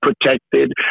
protected